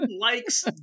likes